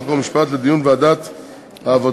חוק ומשפט לדיון בוועדת העבודה,